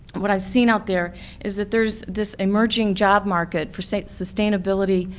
what i've seen out there is that there's this emerging job market for so sustainability,